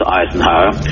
Eisenhower